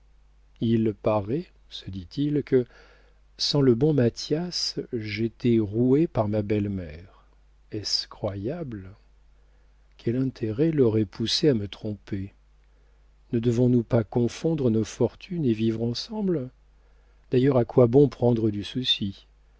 il paraît se dit-il que sans le bon mathias j'étais roué par ma belle-mère est-ce croyable quel intérêt l'aurait poussée à me tromper ne devons-nous pas confondre nos fortunes et vivre ensemble d'ailleurs à quoi bon prendre du